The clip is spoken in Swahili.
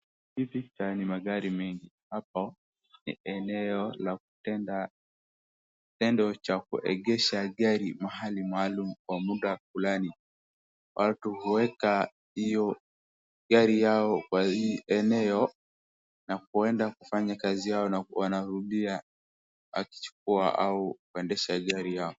Magari mengi, hapo ni eneo la kutenda tendo cha kuegesha gari mahali maalum kwa muda fulani. Watu huweka hiyo gari yao kwa hii eneo, na kwenda kufanya kazi yao na wanarudia wakichukua au kuendesha magari yao.